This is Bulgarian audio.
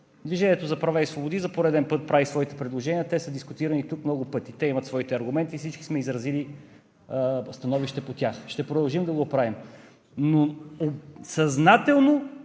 „Движението за права и свободи“ за пореден път прави своите предложения, те са дискутирани тук много пъти. Те имат своите аргументи и всички сме изразили становище по тях. Ще продължим да го правим. Но съзнателно